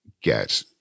get